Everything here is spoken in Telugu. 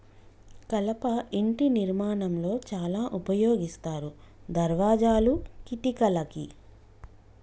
కలప ఇంటి నిర్మాణం లో చాల ఉపయోగిస్తారు దర్వాజాలు, కిటికలకి